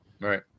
Right